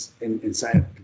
inside